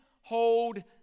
hold